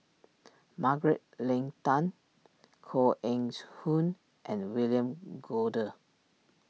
Margaret Leng Tan Koh Eng Hoon and William Goode